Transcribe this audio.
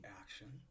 action